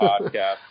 podcast